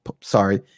sorry